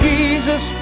Jesus